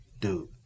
dude